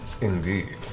Indeed